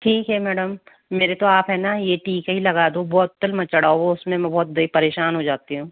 ठीक है मैडम मेरे तो आप है न ये टीके ही लगा दो बोतल मत चढ़ाओ वो उसमें मैं बहुत भई परेशान हो जाती हूँ